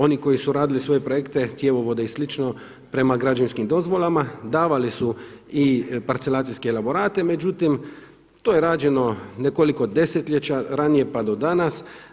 Oni koji su radili svoje projekte cjevovode i slično prema građevinskim dozvolama davali su i parcelacijske elaborate, međutim to je rađeno nekoliko desetljeća ranije pa do danas.